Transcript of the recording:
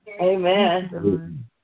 Amen